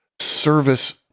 service